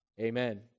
Amen